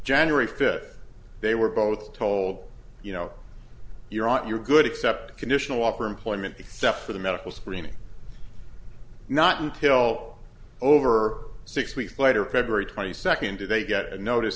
january fifth they were both told you know you're out you're good except conditional offer employment except for the medical screening not until over six weeks later february twenty second and they get a notice